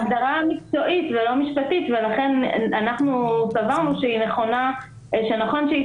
זו הגדרה מקצועית ולא משפטית ולכן אנחנו סברנו שנכון שהיא